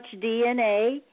DNA